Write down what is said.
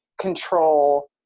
control